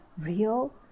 real